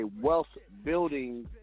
wealth-building